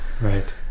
right